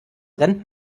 rennt